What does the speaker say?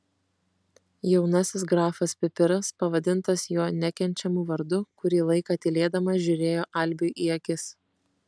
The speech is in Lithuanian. jaunasis grafas pipiras pavadintas jo nekenčiamu vardu kurį laiką tylėdamas žiūrėjo albui į akis